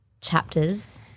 chapters